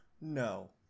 No